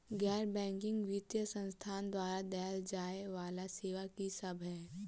गैर बैंकिंग वित्तीय संस्थान द्वारा देय जाए वला सेवा की सब है?